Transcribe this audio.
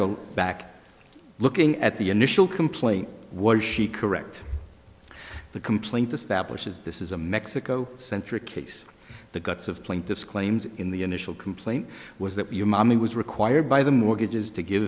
go back looking at the initial complaint was she correct the complaint establishes this is a mexico centric case the guts of plaintiff's claims in the initial complaint was that your mommy was required by the mortgages to give